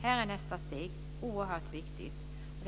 Här är nästa steg oerhört viktigt.